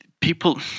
people